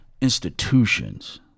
institutions